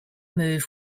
move